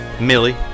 Millie